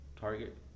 target